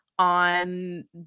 on